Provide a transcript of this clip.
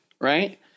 right